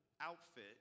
outfit